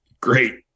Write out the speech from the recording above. Great